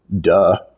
Duh